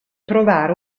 trovare